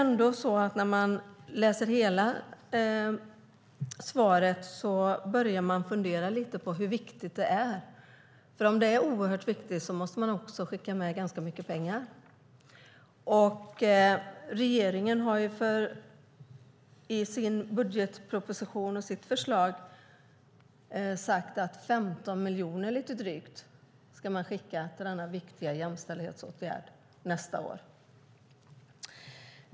När man läser hela svaret börjar man dock fundera lite på hur viktigt det är, för om det är oerhört viktigt måste man också skicka med ganska mycket pengar. Regeringen har i sin budgetproposition sagt att man nästa år ska skicka lite drygt 15 miljoner till denna viktiga jämställdhetsåtgärd.